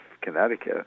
Connecticut